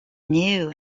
new